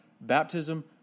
baptism